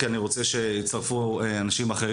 כי אני רוצה גם אנשים אחרים .